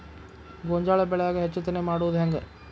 ಗೋಂಜಾಳ ಬೆಳ್ಯಾಗ ಹೆಚ್ಚತೆನೆ ಮಾಡುದ ಹೆಂಗ್?